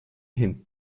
hin